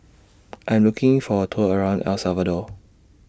I Am looking For A Tour around El Salvador